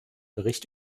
bericht